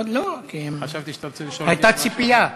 לא, חשבתי שאתה רוצה לשאול, הייתה ציפייה.